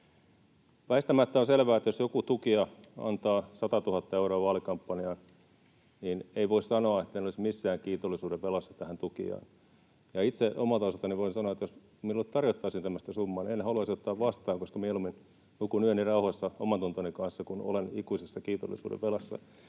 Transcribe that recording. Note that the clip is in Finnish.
Väistämättä on selvää, että jos joku tukija antaa 100 000 euroa vaalikampanjaan, niin ei voi sanoa, etten olisi missään kiitollisuudenvelassa tälle tukijalle. Itse omalta osaltani voin sanoa, että jos minulle tarjottaisiin tämmöistä summaa, niin en haluaisi ottaa vastaan, koska mieluummin nukun yöni rauhassa omantuntoni kanssa kuin olen ikuisessa kiitollisuudenvelassa.